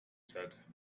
said